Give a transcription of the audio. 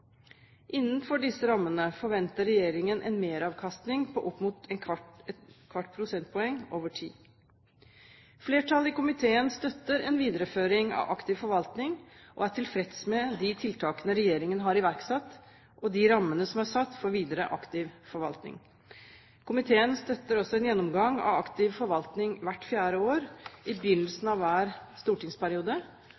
Innenfor disse rammene forventer regjeringen en meravkastning på opp mot et kvart prosentpoeng over tid. Flertallet i komiteen støtter en videreføring av aktiv forvaltning, og er tilfreds med de tiltakene regjeringen har iverksatt og de rammene som er satt for videre aktiv forvaltning. Komiteen støtter også en gjennomgang av aktiv forvaltning hvert fjerde år, i